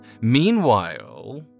Meanwhile